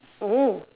oh